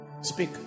speak